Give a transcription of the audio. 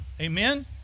Amen